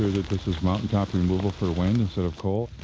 that this is mountain top removal for wind instead of coal?